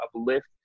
uplift